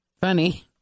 Funny